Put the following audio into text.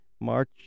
March